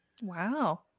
wow